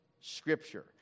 Scripture